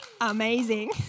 Amazing